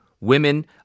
women